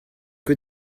que